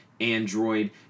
Android